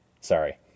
sorry